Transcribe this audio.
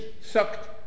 sucked